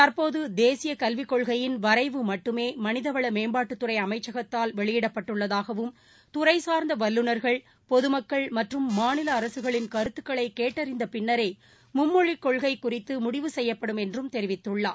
தற்போது தேசிய கல்விக்கொள்கையின் வரைவு மட்டுமே மனிதவள மேம்பாட்டுத்துறை அமைச்சகத்தால் வெளியிடப்பட்டுள்ளதாகவும் துறை சார்ந்த வல்லுநர்கள் பொதுமக்கள் மற்றும் மாநில அரசுகளின் கருத்துகளை கேட்டறிந்த பின்னரே மும்மொழிக் கொள்கை குறித்து முடிவு செய்யப்படும் என்றும் தெரிவித்துள்ளார்